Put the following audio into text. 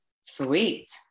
Sweet